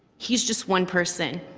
he's just one person.